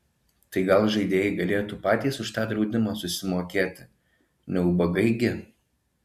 tai gal žaidėjai galėtų patys už tą draudimą susimokėti ne ubagai gi